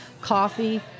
coffee